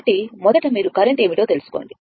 కాబట్టి మొదట మీరు కరెంట్ ఏమిటో తెలుసుకోండి